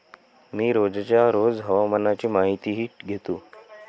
मी रोजच्या रोज हवामानाची माहितीही घेतो